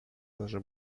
даже